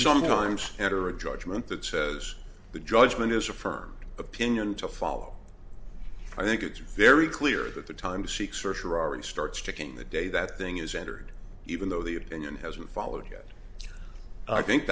sometimes enter a judgment that says the judgment is a firm opinion to follow i think it's very clear that the time to seek search are already starts ticking the day that thing is entered even though the opinion hasn't followed yet i think